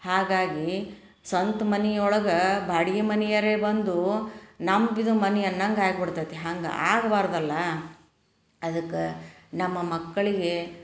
ಹಾಗಾಗಿ ಸ್ವಂತ ಮನೆ ಒಳಗೆ ಬಾಡಿಗೆ ಮನಿಯವ್ರೆ ಬಂದು ನಮ್ದು ಇದು ಮನೆ ಅನ್ನಂಗೆ ಆಗ್ಬಿಡ್ತತಿ ಹಂಗೆ ಆಗಬಾರ್ದಲ್ಲ ಅದಕ್ಕೆ ನಮ್ಮ ಮಕ್ಕಳಿಗೆ